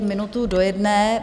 Je minutu do jedné.